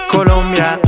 Colombia